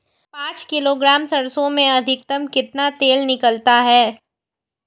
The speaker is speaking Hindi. पाँच किलोग्राम सरसों में अधिकतम कितना तेल निकलता है?